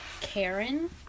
Karen